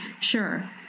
Sure